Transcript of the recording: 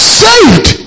saved